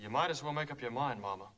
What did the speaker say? you might as well make up your mind mama